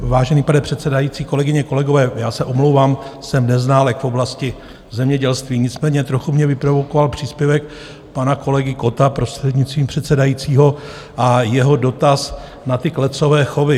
Vážený pane předsedající, kolegyně, kolegové, já se omlouvám, jsem neználek v oblasti zemědělství, nicméně trochu mě vyprovokoval příspěvek pana kolegy Kotta, prostřednictvím předsedajícího, a jeho dotaz na ty klecové chovy.